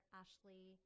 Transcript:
ashley